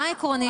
מה עקרוני?